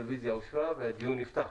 הרוויזיה אושרה והדיון נפתח.